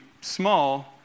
small